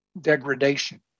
degradation